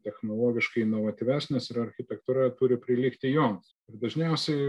technologiškai inovatyvesnės ir architektūra turi prilygti joms ir dažniausiai